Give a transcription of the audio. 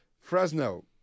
Fresno